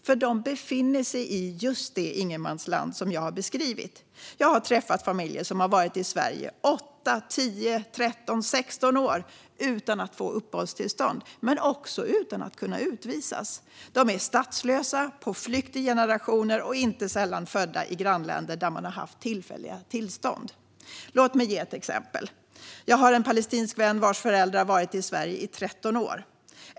För de befinner sig i just det ingenmansland som jag har beskrivit. Jag har träffat familjer som har varit i Sverige i 8, 1O, 13, 16 år utan att få uppehållstillstånd, men också utan att kunna utvisas. De är statslösa, på flykt i generationer och inte sällan födda i grannländer där man har haft tillfälliga tillstånd. Låt mig ge ett exempel. Jag har en palestinsk vän vars föräldrar har varit i Sverige i 13 år.